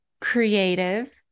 creative